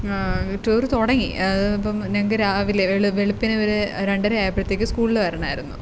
tour തുടങ്ങി അപ്പം ഞങ്ങൾക്ക് രാവിലെ വെളുപ്പിനെ ഒരു രണ്ടര ആയപ്പോഴത്തേക്കും സ്കൂളിൽ വരണമായിരുന്നു